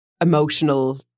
emotional